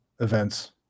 events